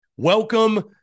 Welcome